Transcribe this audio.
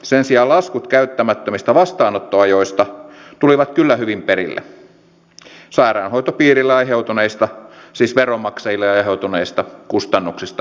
sen sijaan laskut käyttämättömistä vastaanottoajoista tulivat kyllä hyvin perille sairaanhoitopiirille aiheutuneista siis veronmaksajille aiheutuneista kustannuksista nyt puhumattakaan